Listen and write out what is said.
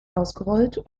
ausgerollt